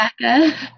Becca